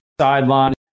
sideline